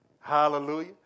Hallelujah